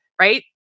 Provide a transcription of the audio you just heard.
right